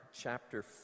chapter